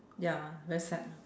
ya very sad ah